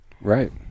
Right